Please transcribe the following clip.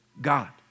God